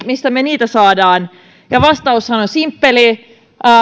mistä me niitä saamme ja vastaushan on simppeli